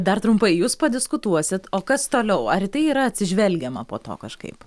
dar trumpai jūs padiskutuosit o kas toliau ar į tai yra atsižvelgiama po to kažkaip